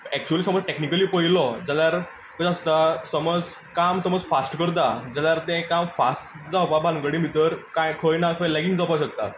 actually समज technically पळयलो जाल्यार कशें आसता समज काम समज फाश्ट करता जाल्यार तें काम फाश्ट जावपा भानगडी भितर कांय खंय ना खंय लेगींग जावपा शकता